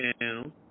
down